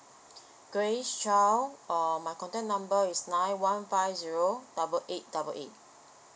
grace chow uh my contact number is nine one five zero double eight double eight